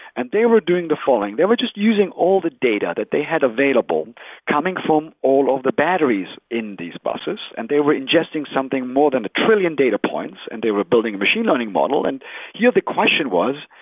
and they were doing the following. they were just using all the data that they had available coming from all of the batteries in these buses and they were ingesting something more than a trillion data points and they were building a machine learning model. and here the question was,